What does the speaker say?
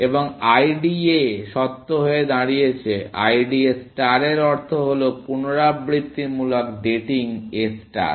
এবং IDA সত্য হয়ে দাঁড়িয়েছে IDA স্টার এর অর্থ হল পুনরাবৃত্তিমূলক ডেটিং A ষ্টার